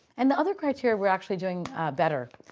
and the other criteria we're actually doing better.